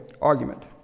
argument